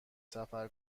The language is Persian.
سفر